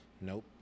Nope